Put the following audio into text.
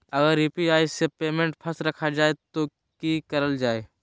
अगर यू.पी.आई से पेमेंट फस रखा जाए तो की करल जाए?